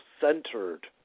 centered